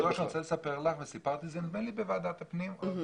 אני רוצה לספר לך וסיפרתי את זה בוועדות אחרות.